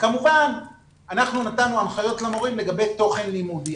וכמובן אנחנו נתנו הנחיות למורים לגבי תוכן לימודי.